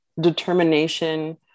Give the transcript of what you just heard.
determination